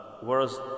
Whereas